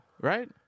right